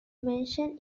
mention